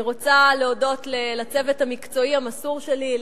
אני רוצה להודות לצוות המקצועי המסור שלי,